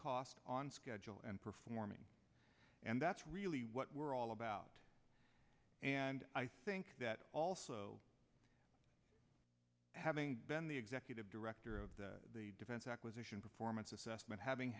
cost on schedule and performing and that's really what we're all about and i think that also having been the executive director of the defense acquisition performance assessment having